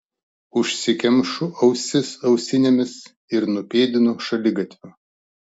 užsikemšu ausis ausinėmis ir nupėdinu šaligatviu